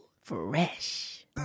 Fresh